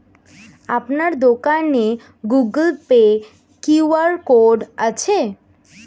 আপনার দোকানে Google Pay QR code আছে?